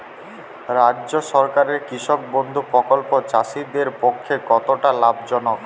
রাজ্য সরকারের কৃষক বন্ধু প্রকল্প চাষীদের পক্ষে কতটা লাভজনক?